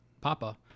Papa